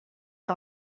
que